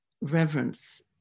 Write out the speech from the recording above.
reverence